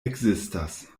ekzistas